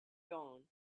dawn